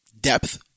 Depth